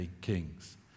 kings